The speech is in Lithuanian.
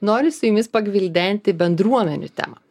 noriu su jumis pagvildenti bendruomenių temą